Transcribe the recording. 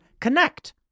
connect